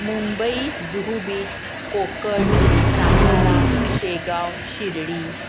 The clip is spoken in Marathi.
मुंबई जुहू बीच कोकण सातारा शेगाव शिर्डी